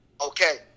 okay